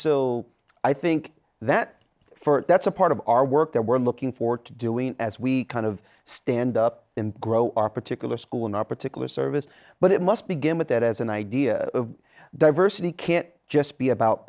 l i think that for it that's a part of our work that we're looking forward to doing as we kind of stand up in grow our particular school in our particular service but it must begin with that as an idea of diversity can't just be about